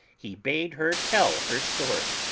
he bade her tell her story.